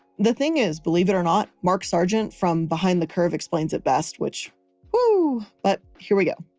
the thing is, believe it or not, mark sargent from behind the curve explains it best, which ooh, but here we go.